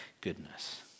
goodness